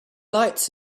lights